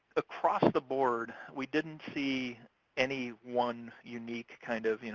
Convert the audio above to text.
across the board, we didn't see any one unique kind of, you know